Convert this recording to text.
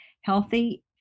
healthy